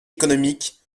économique